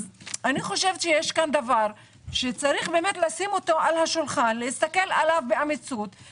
יש פה דבר שצריך לשים אותו על השולחן, ולומר: